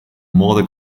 more